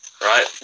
right